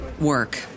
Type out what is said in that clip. work